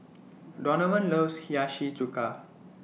Donavon loves Hiyashi Chuka